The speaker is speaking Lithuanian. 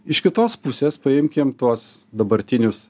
iš kitos pusės paimkim tuos dabartinius